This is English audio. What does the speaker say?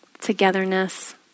togetherness